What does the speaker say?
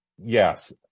yes